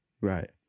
right